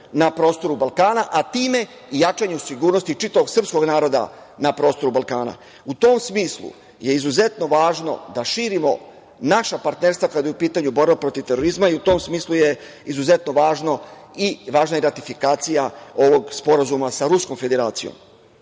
na prostoru Balkana, a time i jačanju sigurnosti čitavog srpskog naroda na prostoru Balkana.U tom smislu je izuzetno važno da širimo naša partnerstva kada je u pitanju borba protiv terorizma i u tom smislu je izuzetno važna i ratifikacija ovog sporazuma sa Ruskom Federacijom. Želim